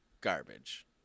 garbage